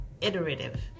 iterative